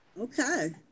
Okay